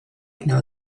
know